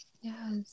yes